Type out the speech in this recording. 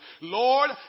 Lord